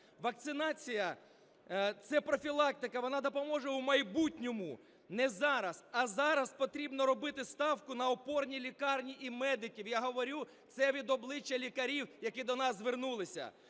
Вакцинація – це профілактика, вона допоможе у майбутньому, не зараз. А зараз потрібно робити ставку на опорні лікарні і медиків. Я говорю це від обличчя лікарів, які до нас звернулися.